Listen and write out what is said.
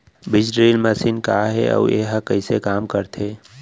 बीज drill machine का हे अऊ एहा कइसे काम करथे?